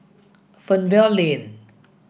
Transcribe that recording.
Fernvale Lane